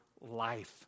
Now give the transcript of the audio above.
life